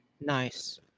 Nice